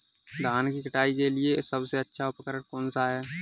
धान की कटाई के लिए सबसे अच्छा उपकरण कौन सा है?